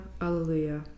alleluia